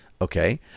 okay